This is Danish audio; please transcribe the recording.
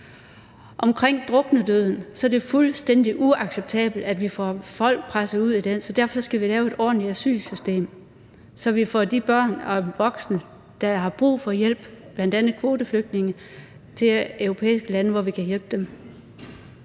Omkring druknedøden er det jo fuldstændig uacceptabelt, at vi får folk presset ud i den. Så derfor skal vi lave et ordentligt asylsystem, så vi får de børn og voksne, der har brug for hjælp, bl.a. kvoteflygtninge, til europæiske lande, hvor vi kan hjælpe dem.